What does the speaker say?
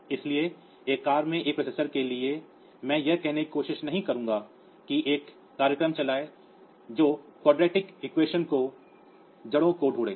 इसलिए एक कार में एक प्रोसेसर के लिए मैं यह कहने की कोशिश नहीं करूंगा कि एक प्रोग्राम चलाएं जो द्विघात समीकरण की जड़ों को ढूंढेगा